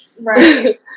Right